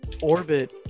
orbit